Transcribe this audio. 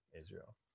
Israel